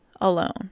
alone